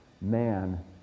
man